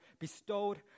bestowed